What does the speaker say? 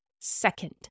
second